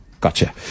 Gotcha